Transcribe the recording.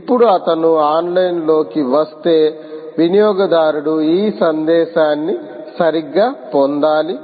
ఇప్పుడు అతను ఆన్లైన్లోకి వస్తే వినియోగదారుడు ఈ సందేశాన్ని సరిగ్గా పొందాలి